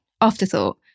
afterthought